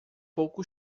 pouco